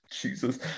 jesus